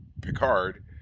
Picard